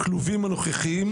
הכלובים הנוכחיים.